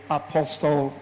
apostle